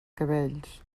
cabells